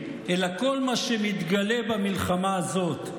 אלא כל מה שמתגלה במלחמה הזאת,